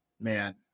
Man